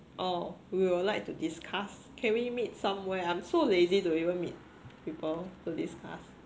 oh we will like to discuss can we meet somewhere I'm so lazy to even meet people to discuss